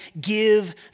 give